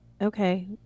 okay